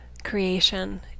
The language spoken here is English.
creation